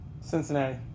Cincinnati